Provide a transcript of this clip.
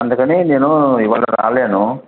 అందుకని నేనూ ఇవాళ రాలేను